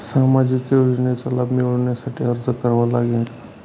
सामाजिक योजनांचा लाभ मिळविण्यासाठी अर्ज करावा लागेल का?